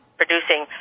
producing